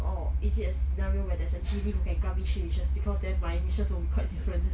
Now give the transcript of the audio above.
orh is it a scenario where there's a genie who can grant me three wishes because then mine wishes will be quite different